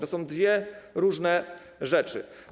To są dwie różne rzeczy.